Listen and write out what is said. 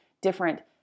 different